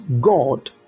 God